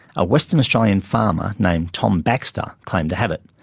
a western australian farmer named tom baxter claimed to have it.